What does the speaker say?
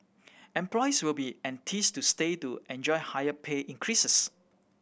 employees will be enticed to stay to enjoy higher pay increases